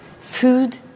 food